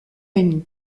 remy